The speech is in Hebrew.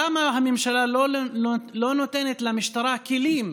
למה הממשלה לא נותנת למשטרה כלים